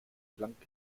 planck